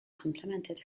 complemented